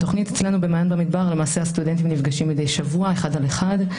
בתוכנית "מעיין במדבר" הסטודנטים נפגשים מדי שבוע אחד על אחד,